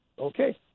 Okay